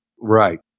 Right